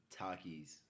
Takis